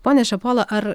pone šapola ar